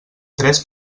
tres